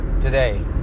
today